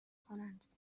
کنند